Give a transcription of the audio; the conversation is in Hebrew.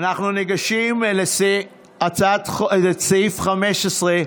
אנחנו ניגשים לסעיף 15,